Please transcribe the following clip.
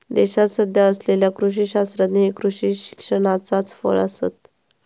देशात सध्या असलेले कृषी शास्त्रज्ञ हे कृषी शिक्षणाचाच फळ आसत